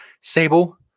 Sable